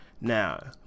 Now